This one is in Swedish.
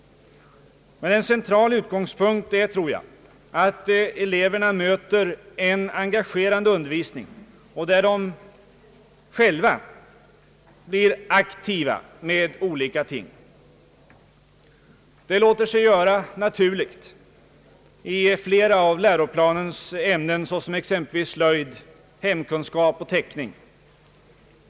En central utgångspunkt är, tror jag, att eleverna möter en engagerande undervisning, där de själva blir aktiva med olika ting. Det låter sig göra naturligt i flera av läroplanens ämnen som exempelvis slöjd, hemkunskap och teckning.